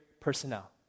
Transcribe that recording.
personnel